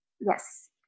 Yes